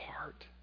heart